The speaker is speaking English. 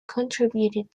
contributed